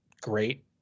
great